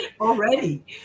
already